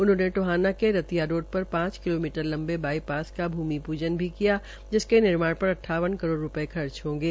उन्होंने टोहाना के रतिया रोड पर पांच किलोमीटर लंबे बाईपास की भूमि पूजन भी किया जिसके निर्माण पर अट्ठावन करोड़ रूपये खर्च होंगे